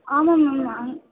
ஆமாம் மேம் ஆ